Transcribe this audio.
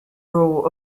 role